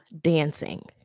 dancing